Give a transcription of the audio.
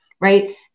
right